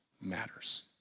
matters